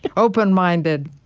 but open-minded